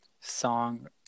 song